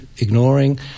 ignoring